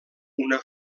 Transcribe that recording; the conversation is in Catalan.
una